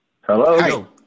hello